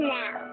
now